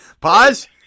Pause